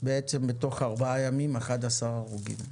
בתוך ארבעה ימים 11 הרוגים.